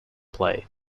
play